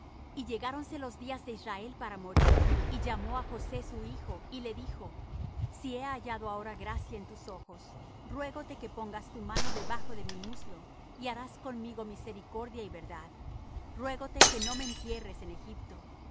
y llegáronse los días de israel para morir y llamó á josé su hijo y le dijo si he hallado ahora gracia en tus ojos ruégote que pongas tu mano debajo de mi muslo y harás conmigo misericordia y verdad ruégote que no me entierres en egipto